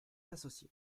associés